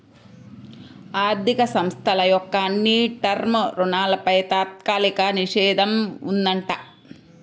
ఆర్ధిక సంస్థల యొక్క అన్ని టర్మ్ రుణాలపై తాత్కాలిక నిషేధం ఉందంట